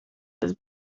tas